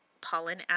pollen